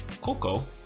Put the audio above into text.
Coco